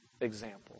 example